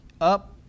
up